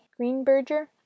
Greenberger